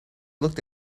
looked